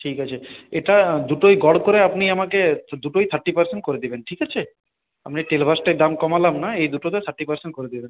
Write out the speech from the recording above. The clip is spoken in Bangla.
ঠিক আছে এটা দুটোই গড় করে আপনি আমাকে দুটোই থার্টি পারসেন্ট করে দিবেন ঠিক আছে আমি টেলভসটায় দাম কমালাম না এই দুটোতে থার্টি পারসেন্ট করে দিবেন